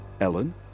Ellen